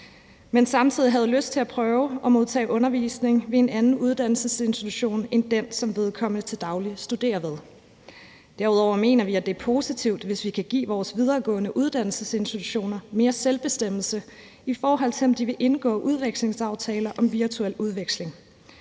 som samtidig havde lyst til at prøve at modtage undervisning ved en anden uddannelsesinstitution end den, som vedkommende til daglig studerede ved. Derudover mener vi, at det er positivt, hvis vi kan give vores videregående uddannelsesinstitutioner mere selvbestemmelse, i forhold til om de vil indgå udvekslingsaftaler om virtuel udveksling.